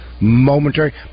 momentary